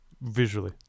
Visually